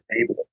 table